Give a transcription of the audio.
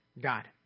God